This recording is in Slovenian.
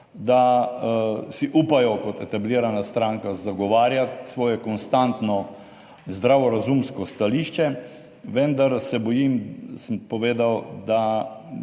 da si upajo kot etablirana stranka zagovarjati svoje konstantno zdravo razumsko stališče, vendar se bojim, sem povedal, da